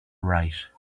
right